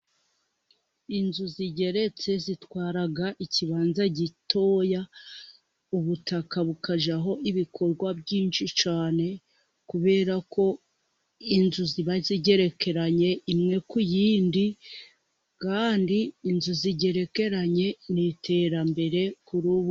Inzu zigeretse zitwara ikibanza gitoya, ubutaka bukajyaho ibikorwa byinshi cyane, kubera ko inzu ziba zigerekeranye, imwe ku yindi kandi inzu zigerekeranye ni iterambere kuri ubu.